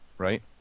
Right